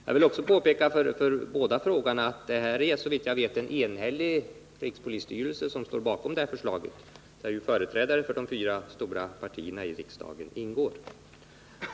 Jag vill också påpeka för båda frågeställarna att bakom förslaget står en såvitt jag vet enhällig rikspolisstyrelse, där ju företrädare för de fyra stora partierna i riksdagen ingår.